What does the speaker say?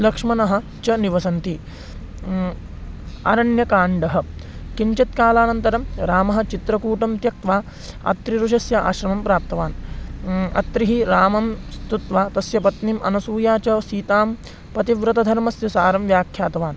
लक्ष्मणः च निवसन्ति अरण्यकाण्डः किञ्चित् कालानन्तरं रामः चित्रकूटं त्यक्त्वा अत्रिऋषेः आश्रमं प्राप्तवान् अत्रिः रामं स्तुत्वा तस्य पत्निम् अनसूयां च सीतां पतिव्रतधर्मस्य सारं व्याख्यातवान्